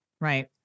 Right